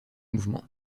mouvement